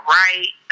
right